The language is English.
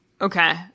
Okay